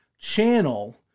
channel